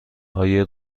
آیا